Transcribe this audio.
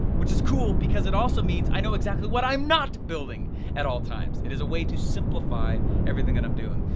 which is cool, because it also means i know exactly what i'm not building at all times. it is a way to simplify everything that and i'm doing,